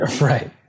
Right